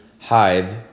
Hive